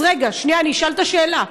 אז רגע, שנייה, אני אשאל את השאלה.